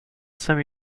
saint